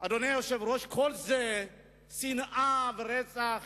אדוני היושב-ראש, כל זה שנאה ורצח.